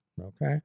Okay